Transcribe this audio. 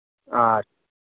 ᱟᱪᱷᱟ